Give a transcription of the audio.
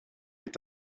est